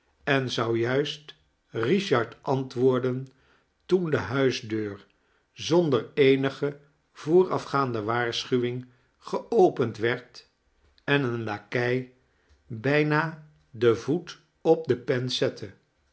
en zou juist richard antwoorden toen de huisdeur zonder eenige voorafgaande waarsohuwing geopend werd en een lakei bijna den voet op de pens zette